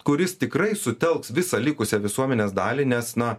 kuris tikrai sutelks visą likusią visuomenės dalį nes na